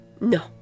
No